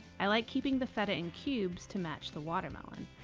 i like keeping the feta in cubes to match the watermelon,